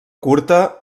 curta